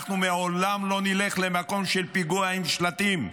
אנחנו לעולם לא נלך למקום של פיגוע עם שלטים.